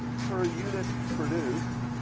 per unit produced